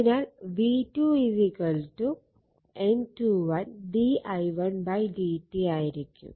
അതിനാൽ v2 N21 d i1 dt ആയിരിക്കും